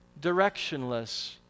directionless